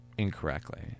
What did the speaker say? incorrectly